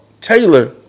Taylor